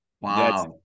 Wow